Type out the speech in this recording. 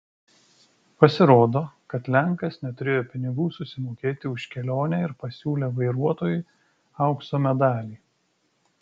pasirodo kad lenkas neturėjo pinigų susimokėti už kelionę ir pasiūlė vairuotojui aukso medalį